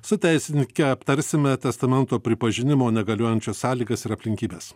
su teisininke aptarsime testamento pripažinimo negaliojančiu sąlygas ir aplinkybes